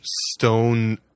stone